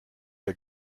der